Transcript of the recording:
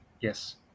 Yes